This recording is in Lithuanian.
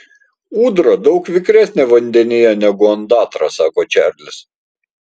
ūdra daug vikresnė vandenyje negu ondatra sako čarlis